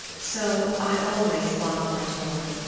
so i always lock my door.